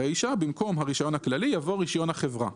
ברישה במקום "הרישיון הכללי" יבוא "רישיון החברה"."